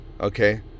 okay